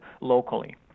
locally